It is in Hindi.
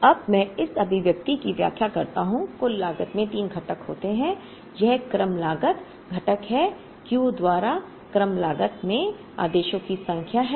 तो अब मैं इस अभिव्यक्ति की व्याख्या करता हूं कुल लागत में तीन घटक होते हैं यह क्रम लागत घटक है क्यू द्वारा क्रम क्रम लागत में आदेशों की संख्या है